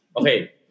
Okay